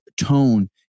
tone